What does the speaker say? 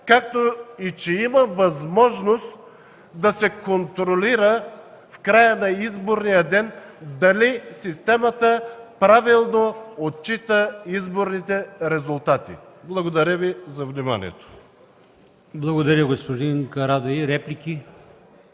както и че има възможност да се контролира в края на изборния ден дали системата правилно отчита изборните резултати. Благодаря Ви за вниманието. ПРЕДСЕДАТЕЛ АЛИОСМАН ИМАМОВ: